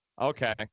okay